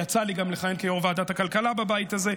יצא לי גם לכהן כיו"ר ועדת הכלכלה בבית הזה.